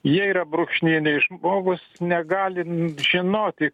jie yra brūkšniniai žmogus negali žinoti